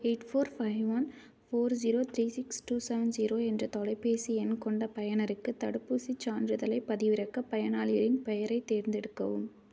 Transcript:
eight four five one four zero three six two seven zero என்ற தொலைபேசி எண் கொண்ட பயனருக்கு தடுப்பூசிச் சான்றிதழை பதிவிறக்க பயனாளியின் பெயரைத் தேர்ந்தெடுக்கவும்